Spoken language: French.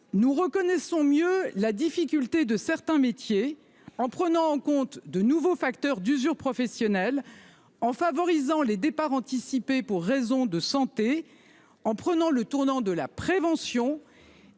Nous reconnaissons mieux la difficulté de certains métiers en prenant en compte de nouveaux facteurs d'usure professionnelle, en favorisant les départs anticipés pour raisons de santé, en prenant le tournant de la prévention